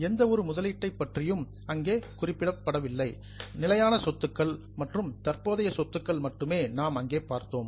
எந்த ஒரு முதலீட்டை பற்றியும் அங்கே குறிப்பிடவில்லை பிக்ஸட் ஆசெட்ஸ் நிலையான சொத்துக்கள் மற்றும் கரன்ட் ஆசெட்ஸ் தற்போதைய சொத்துகள் மட்டுமே நாம் அங்கே பார்த்தோம்